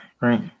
Right